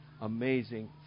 amazing